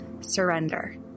Surrender